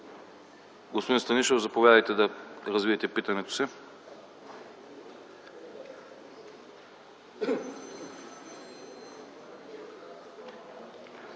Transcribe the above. Господин Станишев, заповядайте да развиете питането си.